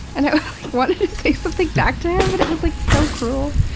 and i wanted to say something back to him but it was like so cruel.